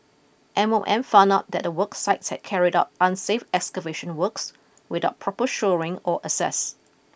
M O M found out that the work site had carried out unsafe excavation works without proper shoring or access